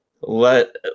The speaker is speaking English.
let